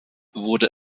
wurde